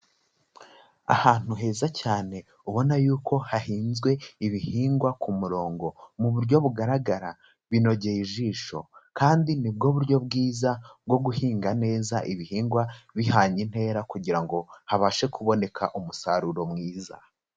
Ahantu heza cyane ubona y'uko hahinzwe ibihingwa ku murongo. Mu buryo bugaragara binogeye ijisho. Kandi nibwo buryo bwiza bwo guhinga neza ibihingwa bihanye intera kugira ngo habashe kuboneka umusaruro mwiza.